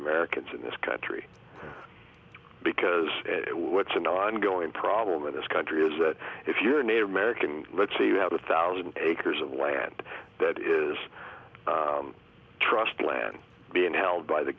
americans in this country because it's an ongoing problem in this country is that if you're native american let's say you have a thousand acres of land that is trust land being held by the